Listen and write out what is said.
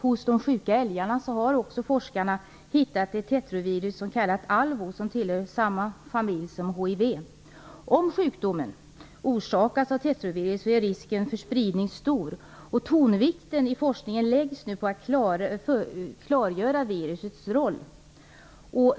Hos de sjuka älgarna har forskarna hittat ett tetrovirus som kallas Alvo. Det tillhör samma familj som hiv. Om sjukdomen orsakas av tetroviruset är risken för spridning stor. Tonvikten i forskningen läggs nu på att klargöra virusets roll.